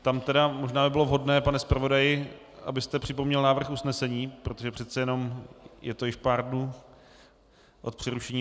Tam by možná bylo vhodné, pane zpravodaji, abyste připomněl návrh usnesení, protože přece jenom je to již pár dnů od přerušení.